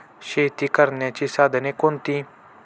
शेती करण्याची साधने कोणती?